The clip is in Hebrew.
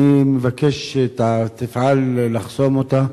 אני מבקש שאתה תפעל לחסום אותה,